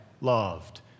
loved